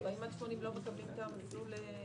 באזור שבין 40 80 קילומטר לא מקבלים מסלול מחזורים.